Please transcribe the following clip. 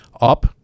up